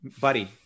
Buddy